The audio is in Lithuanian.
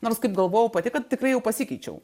nors kaip galvojau pati kad tikrai jau pasikeičiau